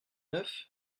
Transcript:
neuf